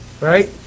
Right